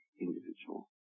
individual